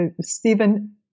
Stephen